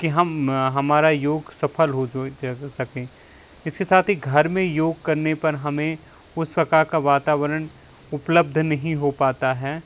कि हम हमारा योग सफल हो जो सकें इसके साथ ही घर में योग करने पर हमें उस प्रकार का वातावरण उपलब्ध नहीं हो पाता है